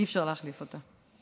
אי-אפשר להחליף אותה.